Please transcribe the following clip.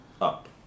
Up